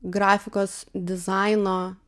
grafikos dizaino